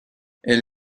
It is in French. elle